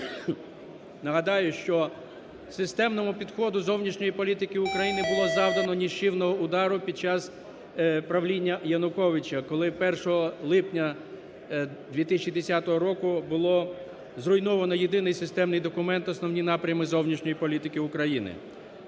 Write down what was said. Нагадаю, що системному підходу зовнішньої політики України було завдано нищівного удару під час правління Януковича, коли 1 липня 2010 року було зруйновано єдиний системний документ "Основні напрями зовнішньої політики України".